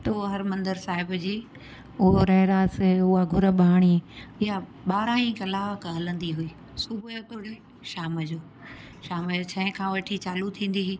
त उहा हर मंदर साहिब जी उहो रहरास ऐं उहा गुरॿाणी इहा ॿारहं ई कलाक हलंदी हुई सुबुह जो तोड़े शाम जो शाम जो छह खां वठी चालू थींदी हुई